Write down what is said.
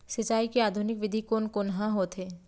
सिंचाई के आधुनिक विधि कोन कोन ह होथे?